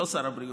לא שר הבריאות,